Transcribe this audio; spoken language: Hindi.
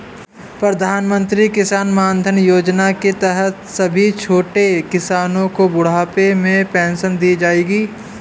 प्रधानमंत्री किसान मानधन योजना के तहत सभी छोटे किसानो को बुढ़ापे में पेंशन दी जाएगी